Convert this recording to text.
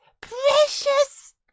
precious